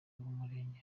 murenge